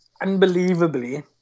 Unbelievably